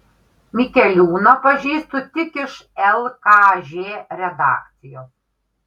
mikeliūną pažįstu tik iš lkž redakcijos